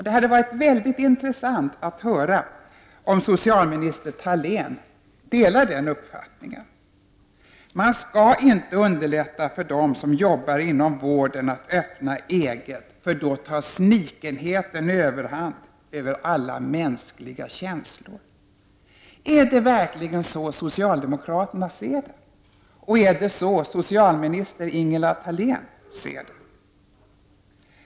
Det hade varit mycket intressant att höra om socialminister Thalén delar den uppfattningen. Man skall inte underlätta för dem som jobbar inom vården att öppna eget, för då tar snikenheten överhand över alla mänskliga känslor. Är det verkligen så socialdemokraterna ser det, och är det verkligen så socialminister Ingela Thalén ser det?